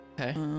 Okay